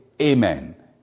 Amen